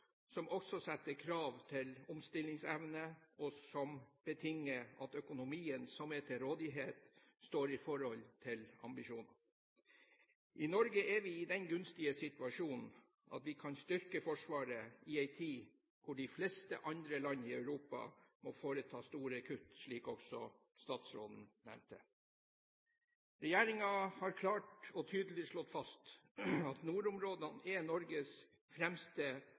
kan også yte verdifulle bidrag i krisesituasjoner. Dette er store og viktige oppgaver som setter krav til omstillingsevne, og som betinger at økonomien som er til rådighet, står i forhold til ambisjonene. I Norge er vi i den gunstige situasjonen at vi kan styrke Forsvaret i en tid hvor de fleste andre land i Europa må foreta store kutt, slik også statsråden nevnte. Regjeringen har klart og tydelig slått fast at nordområdene er